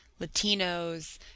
Latinos